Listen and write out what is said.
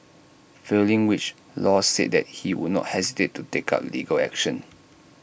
failing which law said that he would not hesitate to take up legal action